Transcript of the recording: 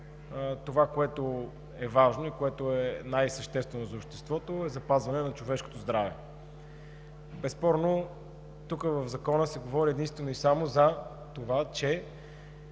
това, което е важно и което е най-съществено за обществото, е запазване на човешкото здраве. Безспорно в Закона се говори единствено и само за това, че